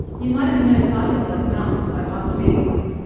you might even know titles like maus by art spiegelman,